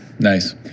Nice